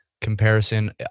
comparison